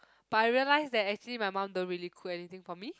but I realise that actually my mum don't really cook anything for me